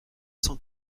cent